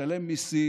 משלם מיסים,